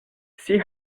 see